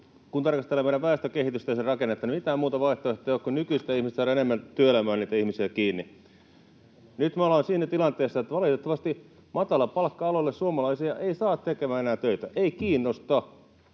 kun tarkastelee meidän väestökehitystämme ja sen rakennetta, niin mitään muuta vaihtoehtoa ei ole kuin nykyistä enemmän saada ihmisiä työelämään kiinni. Nyt me ollaan siinä tilanteessa, että valitettavasti matalapalkka-aloille suomalaisia ei saa tekemään enää töitä, ei kiinnosta.